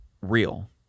real